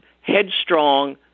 headstrong